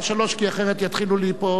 כי אחרת יתחילו לי פה לחלק.